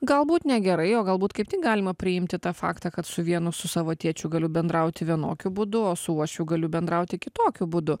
galbūt negerai o galbūt kaip tik galima priimti tą faktą kad su vienu su savo tėčiu galiu bendrauti vienokiu būdu o su uošviu galiu bendrauti kitokiu būdu